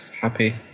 happy